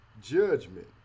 judgment